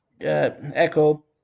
Echo